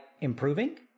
improving